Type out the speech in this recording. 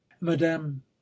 madame